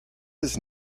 his